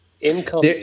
income